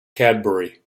cadbury